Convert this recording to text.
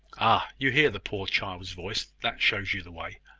ah! you hear the poor child's voice. that shows you the way.